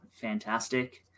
fantastic